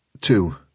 Two